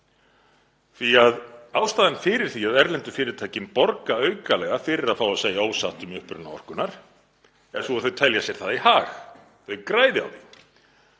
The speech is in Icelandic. því að ástæðan fyrir því að erlendu fyrirtækin borga aukalega fyrir að fá að segja ósatt um uppruna orkunnar er sú að þau telja sér það í hag, þau græði á því.